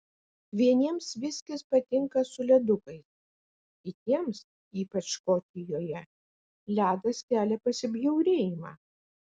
vieniems viskis patinka su ledukais kitiems ypač škotijoje ledas kelia pasibjaurėjimą